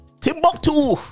Timbuktu